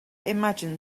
imagined